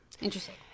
Interesting